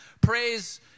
praise